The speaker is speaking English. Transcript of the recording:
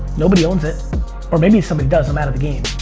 nobody owns it or maybe somebody does, i'm out of the game.